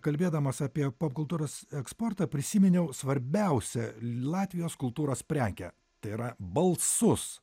kalbėdamas apie popkultūros eksportą prisiminiau svarbiausią latvijos kultūros prekę tai yra balsus